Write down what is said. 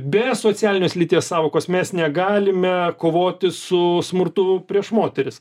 be socialinės lyties sąvokos mes negalime kovoti su smurtu prieš moteris